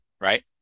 right